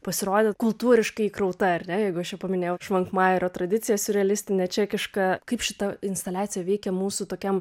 pasirodė kultūriškai įkrauta ar ne jeigu aš čia paminėjau švankmajerio tradiciją siurrealistinę čekišką kaip šita instaliacija veikia mūsų tokiam